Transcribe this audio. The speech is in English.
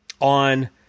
on